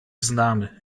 znamy